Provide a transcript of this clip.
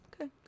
okay